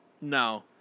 No